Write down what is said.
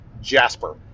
Jasper